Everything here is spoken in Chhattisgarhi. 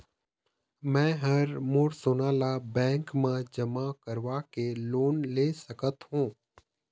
मैं हर मोर सोना ला बैंक म जमा करवाके लोन ले सकत हो?